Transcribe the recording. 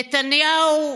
נתניהו,